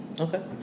okay